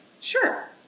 Sure